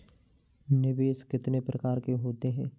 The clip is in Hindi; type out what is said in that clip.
निवेश कितने प्रकार के होते हैं?